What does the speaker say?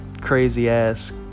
crazy-ass